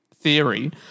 theory